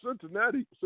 Cincinnati